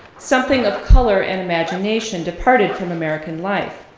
something of color and imagination departed from american life.